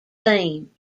theme